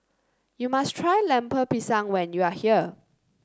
you must try Lemper Pisang when you are here